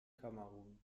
kamerun